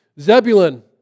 Zebulun